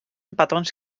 petons